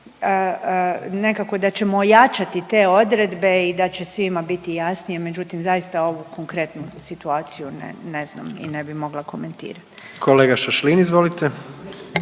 nekako da ćemo ojačati te odredbe i da će svima biti jasnije, međutim zaista ovu konkretnu situaciju ne, ne znam i ne bi mogla komentirat. **Jandroković,